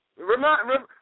Remember